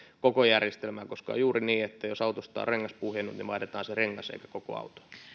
koko järjestelmä koska on juuri niin että jos autosta on rengas puhjennut niin vaihdetaan se rengas eikä koko